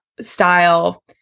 style